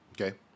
Okay